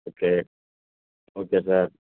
okay okay sir